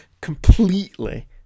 completely